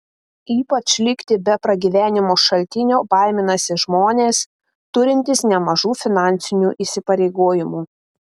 ypač likti be pragyvenimo šaltinio baiminasi žmonės turintys nemažų finansinių įsipareigojimų